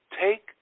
take